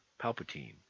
Palpatine